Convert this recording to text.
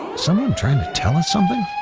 someone trying to tell us something?